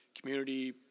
Community